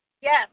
Yes